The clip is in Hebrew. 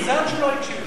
מזל שהוא לא הקשיב לך.